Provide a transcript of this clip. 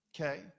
okay